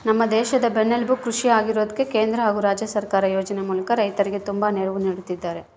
ನಮ್ಮ ದೇಶದ ಬೆನ್ನೆಲುಬು ಕೃಷಿ ಆಗಿರೋದ್ಕ ಕೇಂದ್ರ ಹಾಗು ರಾಜ್ಯ ಸರ್ಕಾರ ಯೋಜನೆ ಮೂಲಕ ರೈತರಿಗೆ ತುಂಬಾ ನೆರವು ನೀಡುತ್ತಿದ್ದಾರೆ